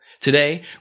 Today